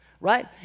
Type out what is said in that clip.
right